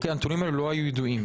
הנתונים האלה לא היו ידועים,